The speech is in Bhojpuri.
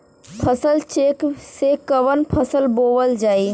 फसल चेकं से कवन फसल बोवल जाई?